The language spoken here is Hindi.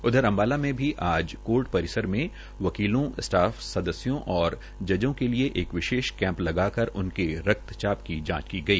उधर अम्बाला में आज कोर्ट परिसर में वकीलों स्टाफ सदस्यों जजो के लिये एक विशेष कैंप लगाकर उनके रक्तचाप की जाचं की गई